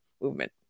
movement